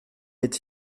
est